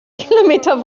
kilometer